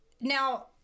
now